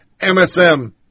MSM